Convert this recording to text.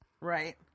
Right